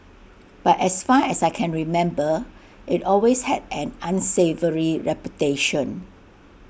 but as far as I can remember IT always had an unsavoury reputation